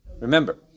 Remember